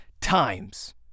times